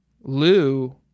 Lou